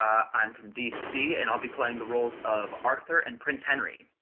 um i'm from dc, and i'll be playing the roles of arthur and prince henry.